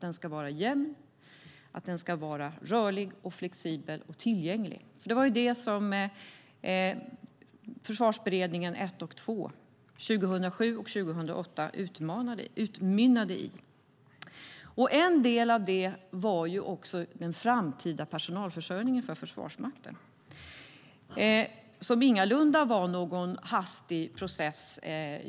Den ska vara jämn, rörlig, flexibel och tillgänglig. Det var det som Försvarsberedningen 1 och 2, 2007 och 2008, utmynnade i. En del var den framtida personalförsörjningen för Försvarsmakten, som ingalunda var någon hastig process.